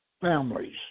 families